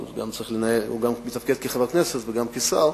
כי הוא מתפקד גם כחבר הכנסת וגם כשר,